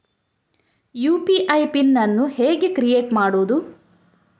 UPI PIN ಅನ್ನು ಹೇಗೆ create ಮಾಡುದು?